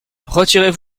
retirez